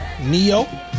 Neo